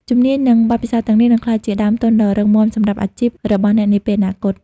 ជំនាញ និងបទពិសោធន៍ទាំងនេះនឹងក្លាយជាដើមទុនដ៏រឹងមាំសម្រាប់អាជីពរបស់អ្នកនាពេលអនាគត។